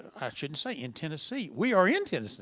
i shouldn't say in tennessee. we are in tennessee.